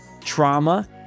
trauma